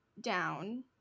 down